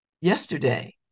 yesterday